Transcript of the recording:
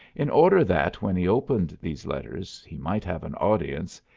in order that when he opened these letters he might have an audience,